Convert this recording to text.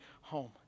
home